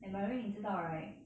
and by the way 你知道 right